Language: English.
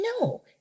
no